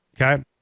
okay